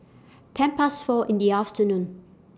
ten Past four in The afternoon